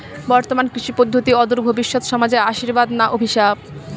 বর্তমান কৃষি পদ্ধতি অদূর ভবিষ্যতে সমাজে আশীর্বাদ না অভিশাপ?